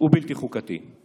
ובלתי חוקתי.